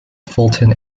fulton